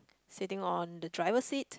sitting on the driver seat